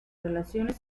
relaciones